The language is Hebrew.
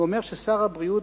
האומר ששר הבריאות,